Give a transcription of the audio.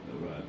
Right